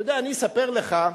אתה יודע, אני אספר לך,